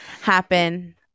happen